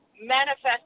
manifest